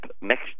next